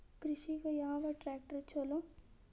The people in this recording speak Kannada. ಕೃಷಿಗ ಯಾವ ಟ್ರ್ಯಾಕ್ಟರ್ ಛಲೋ?